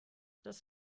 das